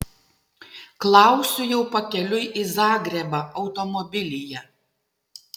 klausiu jau pakeliui į zagrebą automobilyje